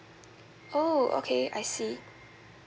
oh okay I see